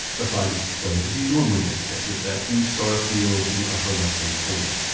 the flag is displayed as you normally think of it, with that blue star field in the upper left-hand corner.